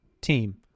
team